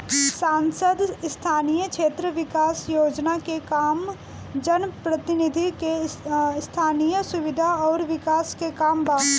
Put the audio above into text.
सांसद स्थानीय क्षेत्र विकास योजना के काम जनप्रतिनिधि के स्थनीय सुविधा अउर विकास के काम बा